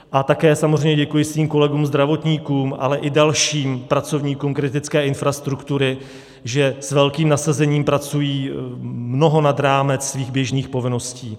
A také samozřejmě děkuji svým kolegům zdravotníkům, ale i dalším pracovníkům kritické infrastruktury, že s velkým nasazením pracují mnoho nad rámce svých běžných povinností.